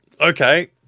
Okay